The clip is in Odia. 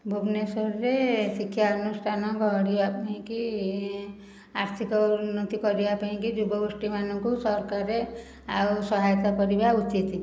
ଭୁବନେଶ୍ୱରରେ ଶିକ୍ଷା ଅନୁଷ୍ଠାନ ଗଢ଼ିବା ପାଇଁକି ଆର୍ଥିକ ଉନ୍ନତି କରିବା ପାଇଁକି ଯୁବଗୋଷ୍ଠୀ ମାନଙ୍କୁ ସରକାର ଆଉ ସହାୟତା କରିବା ଉଚିତ